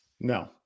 No